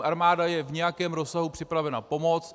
Armáda je v nějakém rozsahu připravena pomoci.